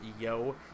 yo